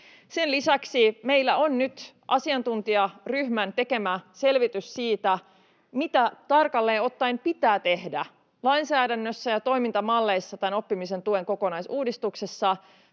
Sen lisäksi meillä on nyt asiantuntijaryhmän tekemä selvitys siitä, mitä tarkalleen ottaen pitää tehdä lainsäädännössä ja toimintamalleissa tämän oppimisen tuen kokonaisuudistuksessa.